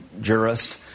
jurist